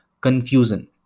confusion